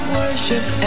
worship